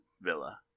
villa